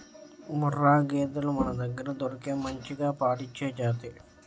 ముర్రా గేదెలు మనదగ్గర దొరికే మంచిగా పాలిచ్చే జాతి